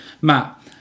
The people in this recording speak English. matt